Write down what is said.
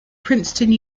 princeton